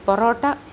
parotta